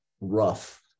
rough